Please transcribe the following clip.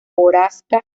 hojarasca